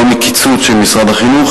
לא מקיצוץ של משרד החינוך,